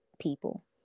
people